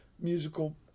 musical